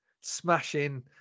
smashing